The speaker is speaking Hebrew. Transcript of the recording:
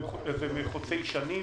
אז זה חוצה שנים